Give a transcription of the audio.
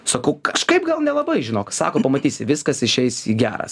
sakau kažkaip gal nelabai žinok sako pamatysi viskas išeis į gera